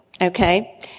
Okay